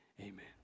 Amen